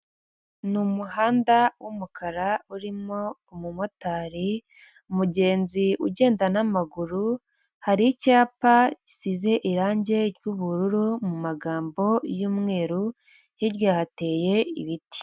Ni umuhanda w'umukara urimo umumotari, umugenzi ugenda n'amaguru, hari icyapa gisize irangi ry'ubururu mu magambo y'umweru, hirya hateye ibiti.